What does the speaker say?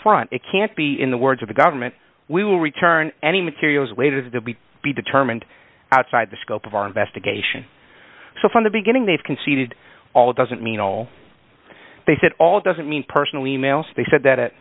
front it can't be in the words of the government we will return any materials waited to be be determined outside the scope of our investigation so from the beginning they've conceded all doesn't mean all they said all doesn't mean personal e mails they said that